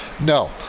No